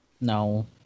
No